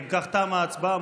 אם כך תמה ההצבעה.